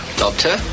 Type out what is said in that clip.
doctor